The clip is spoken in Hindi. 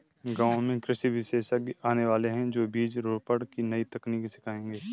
गांव में कृषि विशेषज्ञ आने वाले है, जो बीज रोपण की नई तकनीक सिखाएंगे